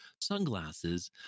sunglasses